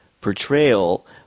portrayal